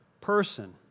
person